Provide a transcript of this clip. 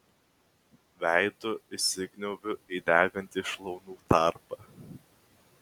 veidu įsikniaubiu į degantį šlaunų tarpą